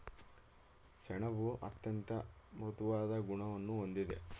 ಸೆಣಬು ಅತ್ಯಂತ ಮೃದುವಾದ ಗುಣವನ್ನು ಹೊಂದಿದೆ